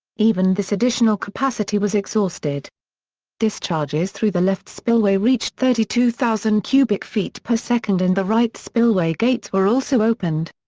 even this additional capacity was exhausted discharges through the left spillway reached thirty two thousand cubic feet per second and the right spillway gates were also opened.